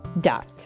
duck